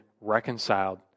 reconciled